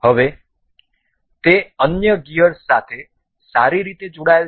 હવે તે અન્ય ગિયર્સ સાથે સારી રીતે જોડાયેલ છે